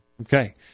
Okay